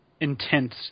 intense